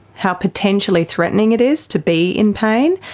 how potentially threatening it is to be in pain,